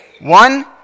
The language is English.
One